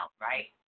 right